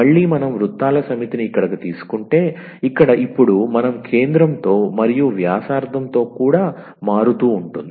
మళ్ళీ మనం వృత్తాల సమితి ని ఇక్కడకు తీసుకుంటే ఇక్కడ ఇప్పుడు మనం కేంద్రంతో మరియు వ్యాసార్థంతో కూడా మారుతూ ఉంటుంది